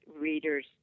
readers